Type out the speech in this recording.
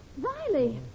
Riley